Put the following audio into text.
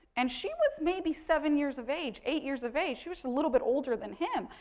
and, she was, maybe seven years of age, eight years of age, she was a little bit older than him.